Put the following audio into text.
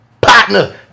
partner